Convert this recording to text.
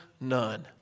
none